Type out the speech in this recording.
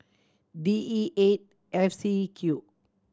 D E eight F C Q